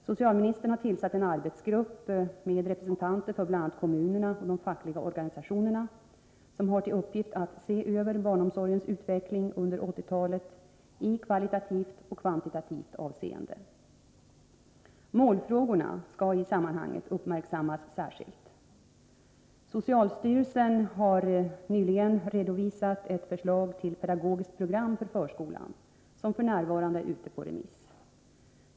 Socialministern har tillsatt en arbetsgrupp med representanter för bl.a. kommunerna och de fackliga organisationerna som har till uppgift att se över barnomsorgens utveckling under 1980-talet i kvalitativt och kvantitativt avseende. Målfrågorna skall i det sammanhanget uppmärksammas särskilt. Socialstyrelsen har nyligen redovisat ett förslag till pedagogiskt program för förskolan som f.n. är ute på remiss.